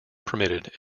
permitted